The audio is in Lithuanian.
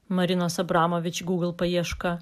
marinos abramovič google paieška